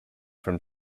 from